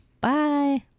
Bye